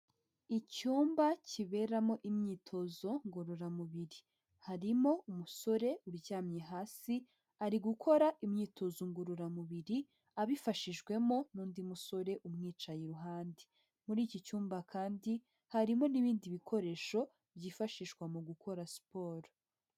Icyumba kiberamo imyitozo ngororamubiri, harimo umusore uryamye hasi ari gukora imyitozo ngororamubiri abifashijwemo n'undi musore umwicaye iruhande. Muri iki cyumba kandi harimo n'ibindi bikoresho byifashishwa mu gukora siporo.